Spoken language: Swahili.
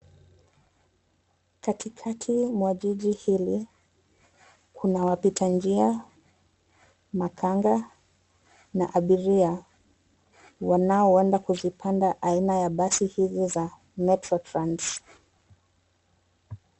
Katikati mwa jiji hili, kuna wapita njia , makanga na abiria wanaoenda kuzipanda aina ya basi hizi za Metrotrans.